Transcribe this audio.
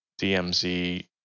DMZ